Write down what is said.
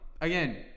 again